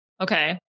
okay